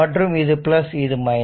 மற்றும் இது பிளஸ் இது மைனஸ்